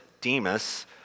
Demas